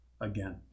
again